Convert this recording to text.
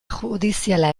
judiziala